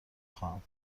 خواهم